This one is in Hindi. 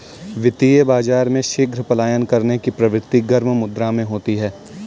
वित्तीय बाजार में शीघ्र पलायन करने की प्रवृत्ति गर्म मुद्रा में होती है